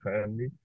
family